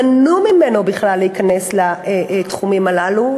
מנעו ממנו להיכנס לתחומים הללו,